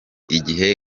igihe